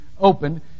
opened